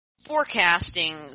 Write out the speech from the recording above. forecasting